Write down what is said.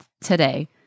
today